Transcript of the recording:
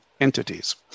entities